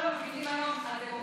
לוועדה שתקבע ועדת הכנסת נתקבלה.